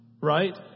Right